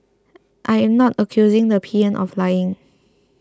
I am not accusing the P M of lying